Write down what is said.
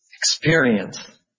experience